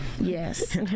Yes